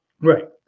Right